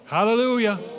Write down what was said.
Hallelujah